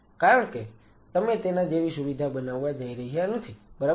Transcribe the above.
કારણ કે તમે તેના જેવી સુવિધા બનાવવા જઈ રહ્યા નથી બરાબર